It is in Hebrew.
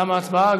תמה ההצבעה.